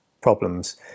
problems